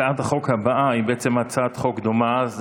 הצעת החוק הבאה היא בעצם הצעת חוק דומה.